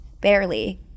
barely